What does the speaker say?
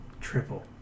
Triple